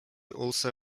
also